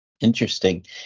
Interesting